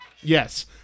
Yes